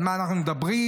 על מה אנחנו מדברים,